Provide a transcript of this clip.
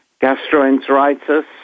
gastroenteritis